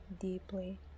deeply